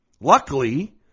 Luckily